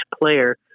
player